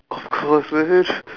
of course